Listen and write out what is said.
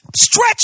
stretch